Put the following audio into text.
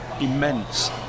immense